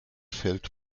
fällt